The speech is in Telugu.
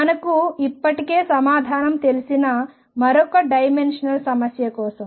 మనకు ఇప్పటికే సమాధానం తెలిసిన మరొక డైమెన్షనల్ సమస్య కోసం